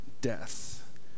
death